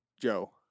Joe